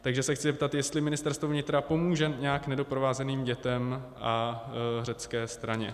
Takže se chci zeptat, jestli Ministerstvo vnitra pomůže nějak nedoprovázeným dětem a řecké straně.